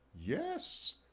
Yes